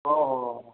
ਹਾਂ ਹਾਂ